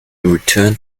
returned